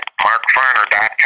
markfarner.com